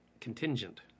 contingent